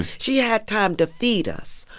she had time to feed us,